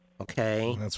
Okay